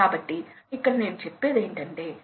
కాబట్టి weighted horsepower గంటకు 3